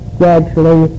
gradually